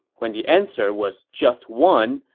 when the answer was just one,